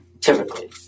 Typically